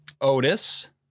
Otis